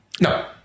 No